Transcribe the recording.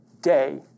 day